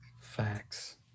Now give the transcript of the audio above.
Facts